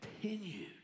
continued